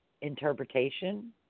interpretation